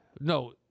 No